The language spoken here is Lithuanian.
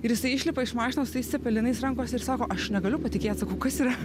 ir jisai išlipa iš mašinos su tais cepelinais rankose ir sako aš negaliu patikėt sakau kas yra